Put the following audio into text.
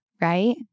right